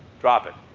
drop it.